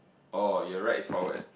oh your right is forward